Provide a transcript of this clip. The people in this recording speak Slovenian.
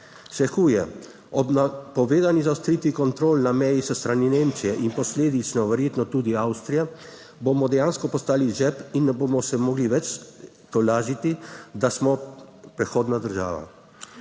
Še huje, ob napovedani zaostritvi kontrol na meji s strani Nemčije in posledično verjetno tudi Avstrije bomo dejansko postali žep in ne bomo se mogli več tolažiti, da smo prehodna država.